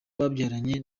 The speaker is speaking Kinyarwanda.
babyaranye